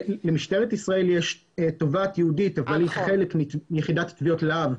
למשטרת ישראל יש תובעת ייעודית אבל היא חלק מיחידת תביעות לה"ב,